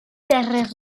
terres